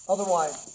Otherwise